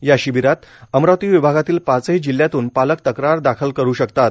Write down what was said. या शिबिरात अमरावती विभागातील पाचही जिल्ह्यातून पालक तक्रार दाखल करू शकतात